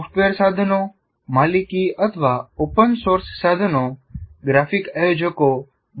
software સાધનો માલિકી અથવા ઓપન સોર્સ સાધનો ગ્રાફિક આયોજકો બનાવવા માટે ઉપલબ્ધ છે